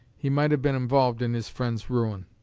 he might have been involved in his friend's ruin.